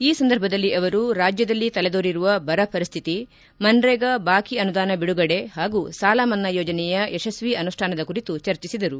ಈ ಸಂದರ್ಭದಲ್ಲಿ ಅವರು ರಾಜ್ಯದಲ್ಲಿ ತಲೆದೋರಿರುವ ಬರ ಪರಿಸ್ತಿತಿ ಮನ್ರೇಗಾ ಬಾಕಿ ಅನುದಾನ ಬಿಡುಗಡೆ ಹಾಗೂ ಸಾಲ ಮನ್ನಾ ಯೋಜನೆಯ ಯಶಸ್ವಿ ಅನುಷ್ಠಾನದ ಕುರಿತು ಚರ್ಚಿಸಿದರು